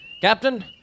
Captain